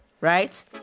right